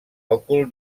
òcul